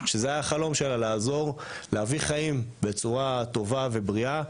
שזה היה החלום שלה - להביא חיים בצורה טובה ובריאה.